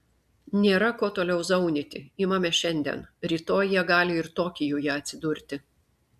nėra ko toliau zaunyti imame šiandien rytoj jie gali ir tokijuje atsidurti